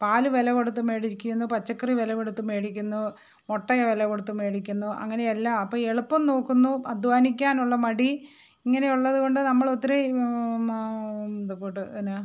പാൽ വില കൊടുത്ത് മേടിക്കുന്നു പച്ചക്കറി വില കൊടുത്ത് മേടിക്കുന്നു മുട്ട വില കൊടുത്ത് മേടിക്കുന്നു അങ്ങനെ എല്ലാം അപ്പം എളുപ്പം നോക്കുന്നു അധ്വാനിക്കാനുള്ള മടി ഇങ്ങനെയുള്ളത് കൊണ്ട് നമ്മൾ ഒത്തിരി ഇത് കൂട്ട് എന്നാ